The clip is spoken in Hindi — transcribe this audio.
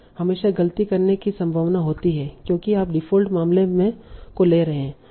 हमेशा गलती करने की संभावना होती है क्योंकि आप डिफ़ॉल्ट मामले को ले रहे हैं